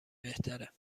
بهتره